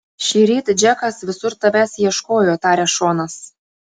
šįryt džekas visur tavęs ieškojo tarė šonas